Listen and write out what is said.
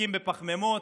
מתעסקים בפחמימות,